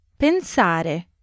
pensare